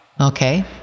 Okay